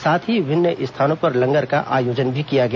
साथ ही विभिन्न स्थानों पर लंगर का आयोजन भी किया गया